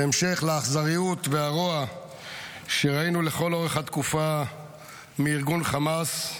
זה המשך לאכזריות והרוע שראינו לאורך כל התקופה מארגון חמאס,